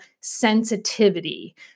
sensitivity